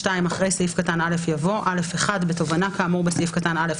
(2) אחרי סעיף קטן (א) יבוא: "(א1) בתובענה כאמור בסעיף קטן (א)